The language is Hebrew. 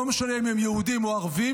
לא משנה אם הם יהודים או ערבים,